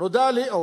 נודע לי,